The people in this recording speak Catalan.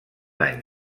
any